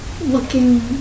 looking